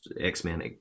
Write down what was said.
X-Men